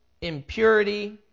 impurity